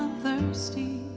thirsty